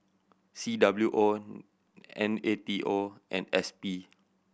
C W O N A T O and S P